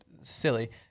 silly